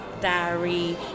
diary